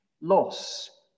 loss